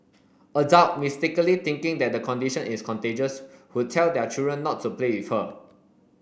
adult mistakenly thinking that the condition is contagious would tell their children not to play with her